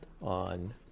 on